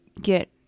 get